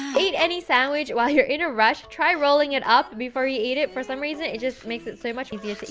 eat any sandwich while you're in a rush, try rolling it up before you eat it for some reason, it just makes it so much easier